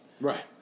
Right